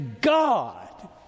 God